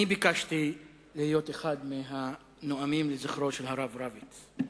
אני ביקשתי להיות אחד מהנואמים לזכרו של הרב רביץ.